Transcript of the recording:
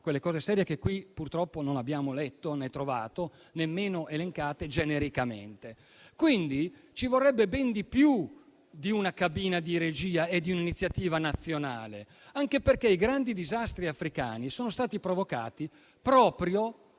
quelle cose serie che qui purtroppo non abbiamo letto, né trovato e nemmeno vengono elencate genericamente. Quindi, ci vorrebbe ben di più di una cabina di regia e di un'iniziativa nazionale, anche perché i grandi disastri africani sono stati provocati proprio